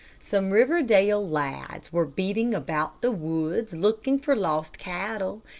some riverdale lads were beating about the woods, looking for lost cattle,